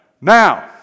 Now